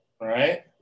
right